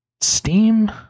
Steam